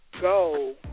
Go